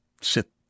sit